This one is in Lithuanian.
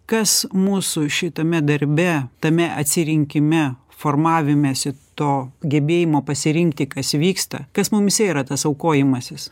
kas mūsų šitame darbe tame atsirinkime formavimesi to gebėjimo pasirinkti kas vyksta kas mumyse yra tas aukojimasis